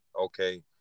okay